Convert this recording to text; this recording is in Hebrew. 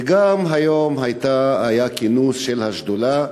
והיום היה גם כינוס של השדולה,